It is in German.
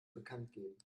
bekanntgeben